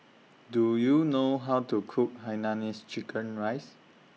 Do YOU know How to Cook Hainanese Chicken Rice